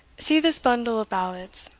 see this bundle of ballads,